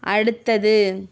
அடுத்தது